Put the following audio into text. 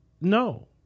No